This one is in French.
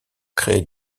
créer